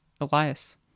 Elias